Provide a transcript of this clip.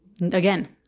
again